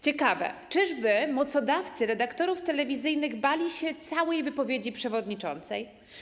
Ciekawe, czyżby mocodawcy redaktorów telewizyjnych bali się całej wypowiedzi przewodniczącej?